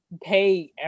pay